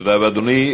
תודה רבה, אדוני.